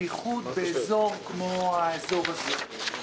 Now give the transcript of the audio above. בייחוד באזור כמו האזור הזה.